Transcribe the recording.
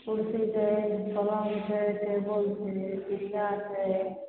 कुर्सी छै पलङ्ग छै टेबुल छै पीढ़ीआ छै